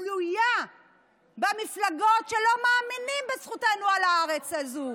תלויה במפלגות שלא מאמינות בזכותנו על הארץ הזאת,